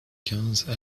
quinze